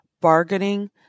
bargaining